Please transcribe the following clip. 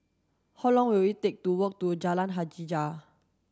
how long will it take to walk to Jalan Hajijah